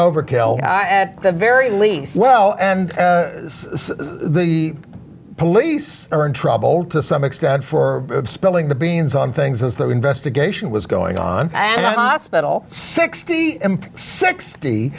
overkill at the very least well and the police are in trouble to some extent for spilling the beans on things as the investigation was going on and i spent all sixty sixty